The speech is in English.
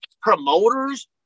Promoters